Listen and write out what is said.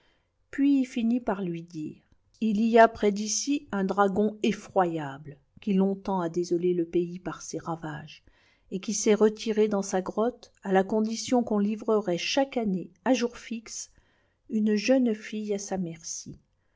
puis finit par lui dire il y a près d'ici un dragon effroyable qui iontemps a désolé le pays par ses ravages et qui s'est retiré dans sa grotte à la condition qu'on livrerait chaque année à jour fixe une jeune fille à sa merci